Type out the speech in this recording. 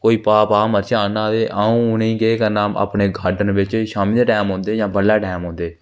कोई पाऽ पाऽ मर्चां आनना आऊ उनेंगी केह् करना कि अपने गार्डन बिच्च शामीं दे टैम औंदे जां बडलै दे टैम औंदे